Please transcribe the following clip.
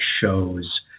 shows